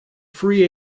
free